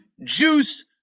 juice